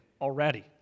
already